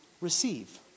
receive